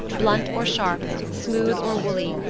blunt or sharp, smooth or woolly,